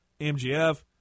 MGF